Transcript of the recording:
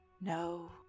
No